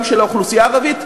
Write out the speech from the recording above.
גם של האוכלוסייה הערבית,